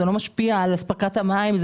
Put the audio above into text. זה לא משפיע על אספקת המים,